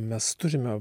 mes turime